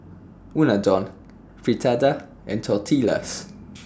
Unadon Fritada and Tortillas